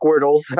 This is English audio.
Squirtles